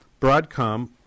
Broadcom